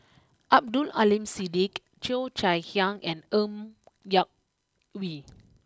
Abdul Aleem Siddique Cheo Chai Hiang and Ng Yak Whee